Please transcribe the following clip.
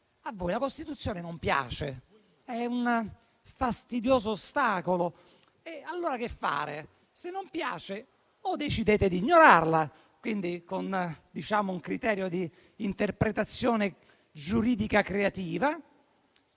a voi la Costituzione non piace, è un fastidioso ostacolo. Cosa fare, allora, se non piace? O decidete di ignorarla, con un criterio di interpretazione giuridica creativa,